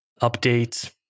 updates